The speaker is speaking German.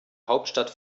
hauptstadt